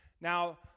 Now